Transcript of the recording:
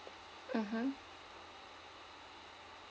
mmhmm